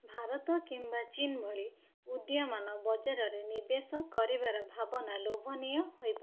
ଭାରତ କିମ୍ବା ଚୀନ୍ ଭଳି ଉଦୀୟମାନ ବଜାରରେ ନିବେଶ କରିବାର ଭାବନା ଲୋଭନୀୟ ହୋଇପାରେ